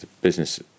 business